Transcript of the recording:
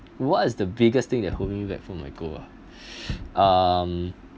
what is the biggest thing that hold me back from my goal ah um